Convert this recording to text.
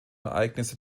ereignisse